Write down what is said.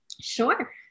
Sure